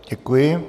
Děkuji.